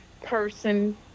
person